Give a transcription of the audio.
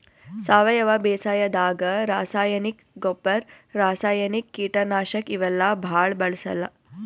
ಸಾವಯವ ಬೇಸಾಯಾದಾಗ ರಾಸಾಯನಿಕ್ ಗೊಬ್ಬರ್, ರಾಸಾಯನಿಕ್ ಕೀಟನಾಶಕ್ ಇವೆಲ್ಲಾ ಭಾಳ್ ಬಳ್ಸಲ್ಲ್